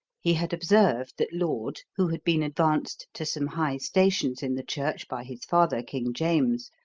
he had observed that laud, who had been advanced to some high stations in the church by his father, king james,